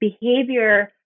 behavior